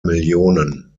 millionen